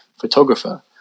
photographer